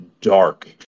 dark